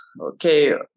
okay